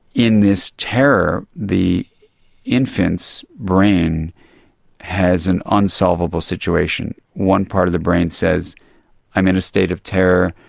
in this terror, the infant's brain has an unsolvable situation. one part of the brain says i'm in a state of terror,